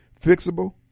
fixable